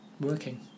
working